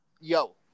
Yo